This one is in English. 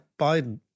Biden